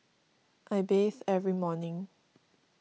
I bathe every morning